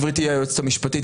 גברתי היועצת המשפטית,